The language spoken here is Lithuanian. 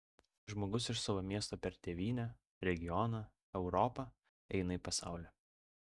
žmogus iš savo miesto per tėvynę regioną europą eina į pasaulį